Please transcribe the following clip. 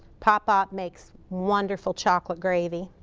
pop-pop makes wonderful chocolate gravy.